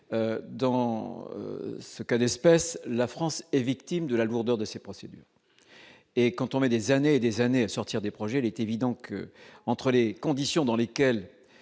dans ce cas d'espèce, la France est victime de la lourdeur de ces procédures et quand on met des années et des années à sortir des projets l'est évident qu'entre les conditions dans lesquelles